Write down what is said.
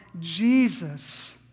Jesus